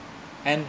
and